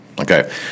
Okay